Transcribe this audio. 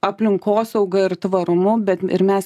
aplinkosauga ir tvarumu bet ir mes